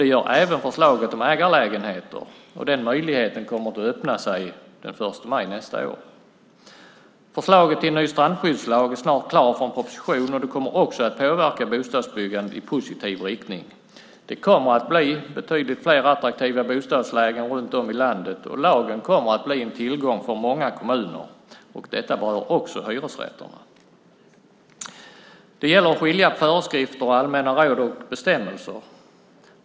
Det gör även förslaget om ägarlägenheter, och den möjligheten kommer att öppna sig från och med den 1 maj nästa år. Förslaget till ny strandskyddslag är snart klart för en proposition, och det kommer också att påverka bostadsbyggandet i positiv riktning. Det kommer att bli betydligt fler attraktiva bostadslägen runt om i landet, och lagen kommer att bli en tillgång för många kommuner. Detta berör också hyresrätterna. Det gäller att skilja mellan föreskrifter, allmänna råd och bestämmelser.